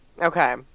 Okay